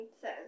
says